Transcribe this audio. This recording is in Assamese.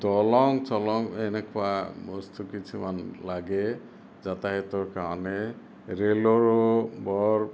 দলং চলং এনেকুৱা বস্তু কিছুমান লাগে যাতায়তৰ কাৰণে ৰেলৰো বৰ